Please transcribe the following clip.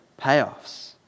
payoffs